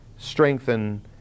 strengthen